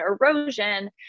erosion